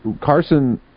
Carson